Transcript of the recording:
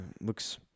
Looks